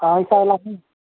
ऐसा वैसा भी